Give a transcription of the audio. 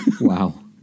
Wow